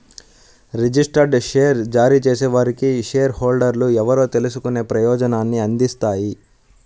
registered share జారీ చేసేవారికి share హోల్డర్లు ఎవరో తెలుసుకునే ప్రయోజనాన్ని అందిస్తాయి